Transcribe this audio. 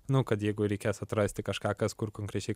nu kad jeigu reikės atrasti kažką kas kur konkrečiai